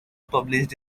published